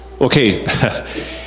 okay